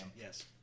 Yes